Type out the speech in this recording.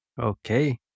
Okay